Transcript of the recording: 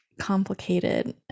complicated